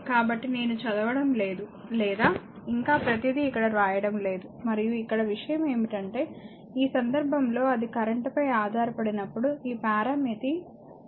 కాబట్టి నేను చదవడం లేదు లేదా ఇంకా ప్రతిదీ ఇక్కడ వ్రాయడం లేదు మరియు ఇక్కడ విషయం ఏమిటంటే ఈ సందర్భంలో అది కరెంట్ పై ఆధారపడినప్పుడు ఈ పరామితి ఈ 3 ని గెయిన్ పరామితి అంటారు